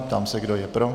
Ptám se, kdo je pro.